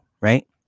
right